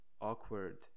awkward